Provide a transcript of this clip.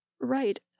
right